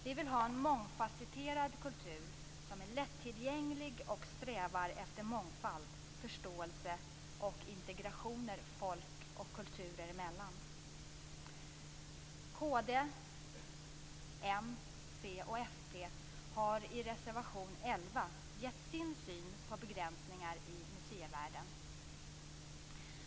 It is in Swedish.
Vi vill ha en mångfasetterad kultur som är lättillgänglig och strävar efter mångfald, förståelse och integration folk och kulturer emellan. Kd, m, c och fp har i reservation 11 gett sin syn på begränsningar i museivärlden.